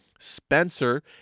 Spencer